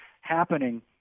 happening